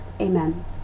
Amen